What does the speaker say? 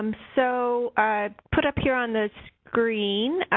um so, i put up here, on the screen.